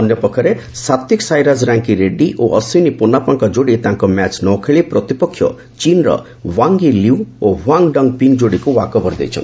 ଅନ୍ୟ ପକ୍ଷରେ ସାତ୍ୱିକସାଇରାଜ ରାଙ୍କି ରେଡ୍ଗୀ ଓ ଅଶ୍ୱିନୀ ପୋନ୍ନାପାଙ୍କ ଯୋଡ଼ି ତାଙ୍କ ମ୍ୟାଚ୍ ନ ଖେଳି ପ୍ରତିପକ୍ଷ ଚୀନ୍ର ୱାଙ୍ଗ୍ ୟି ଲିୟୁ ଓ ହୁଆଙ୍ଗ ଡଙ୍ଗ୍ ପିଙ୍ଗ୍ ଯୋଡ଼ିଙ୍କୁ ୱାକଓଭର ଦେଇଛନ୍ତି